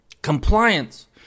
Compliance